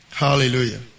Hallelujah